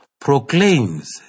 proclaims